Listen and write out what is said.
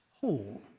whole